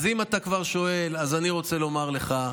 אז אם אתה כבר שואל, אז אני רוצה לומר לך: